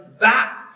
back